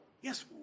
Yes